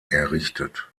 errichtet